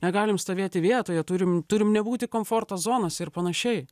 negalim stovėti vietoje turim turim nebūti komforto zonose ir panašiai